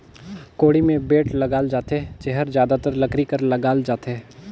कोड़ी मे बेठ लगाल जाथे जेहर जादातर लकरी कर लगाल जाथे